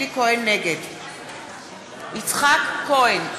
נגד יצחק כהן,